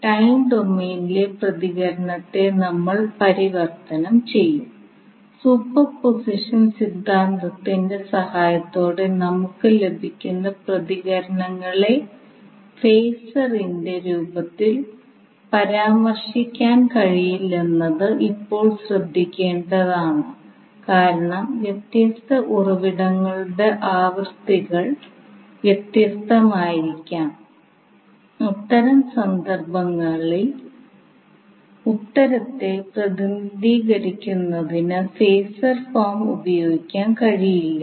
Ohm's law ohm's Law കിർചോഫിന്റെ നിയമംKirchoff's Law പോലുള്ള നിയമങ്ങളെ അടിസ്ഥാനമാക്കി നമ്മൾ മുമ്പ് നടത്തിയ ചർച്ചകളും എസി സർക്യൂട്ടിലും പ്രയോഗിക്കാമെന്ന് നമുക്ക് അറിയാം